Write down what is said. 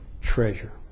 treasure